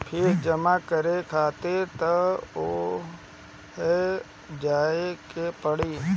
fees जमा करे खातिर तअ उहवे जाए के पड़ी